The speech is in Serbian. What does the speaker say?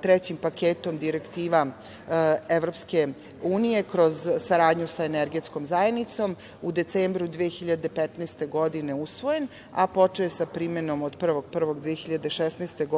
trećim paketom direktiva EU kroz saradnju sa Energetskom zajednicom u decembru 2015. godine usvojen, a počeo je sa primenom od 1. januara 2016. godine.